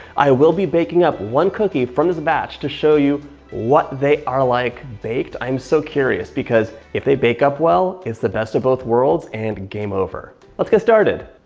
i will be baking up one cookie from the the batch to show you what they are like baked. i'm so curious, because if they bake up well it's the best of both worlds and game over. let's get started.